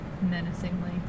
menacingly